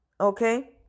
okay